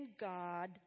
God